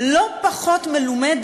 לא פחות מלומד